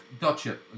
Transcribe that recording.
gotcha